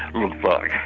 look but